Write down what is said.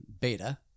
beta